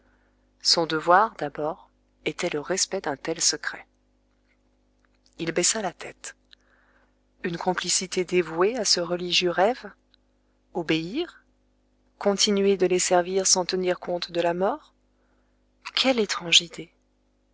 son devoir d'abord était le respect d'un tel secret il baissa la tête une complicité dévouée à ce religieux rêve obéir continuer de les servir sans tenir compte de la mort quelle étrange